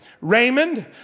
Raymond